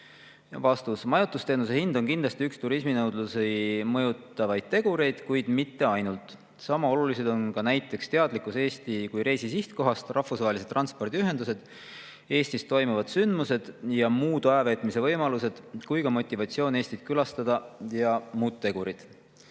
Vastus. Majutusteenuse hind on kindlasti üks turisminõudlust mõjutavaid tegureid, kuid mitte ainus. Sama olulised on näiteks teadlikkus Eestist kui reisisihtkohast, rahvusvahelised transpordiühendused, Eestis toimuvad sündmused, muud ajaveetmise võimalused, motivatsioon Eestit külastada ja muud tegurid.